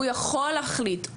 הוא יכול להחליט,